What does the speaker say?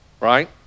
right